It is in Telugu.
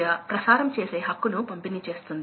మీకు తెలిసిన పాయింట్ ను హోమ్ కి డ్రైవ్ చేయండి